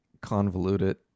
convoluted